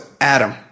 Adam